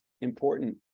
important